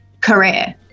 career